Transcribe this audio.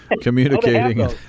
communicating